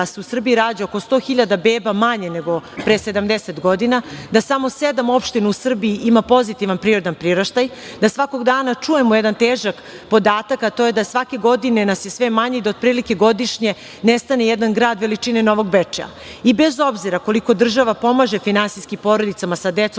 da se u Srbiji rađa oko 100.000 beba manje nego pre 70 godina, da samo sedam opština u Srbiji ima pozitivan prirodni priraštaj, da svakog dana čujemo jedan težak podatak, a to je da svake godine nas je sve manje i da otprilike godišnje nestane jedan grad veličine Novog Bečeja. I bez obzira koliko država pomaže finansijski porodicama sa decom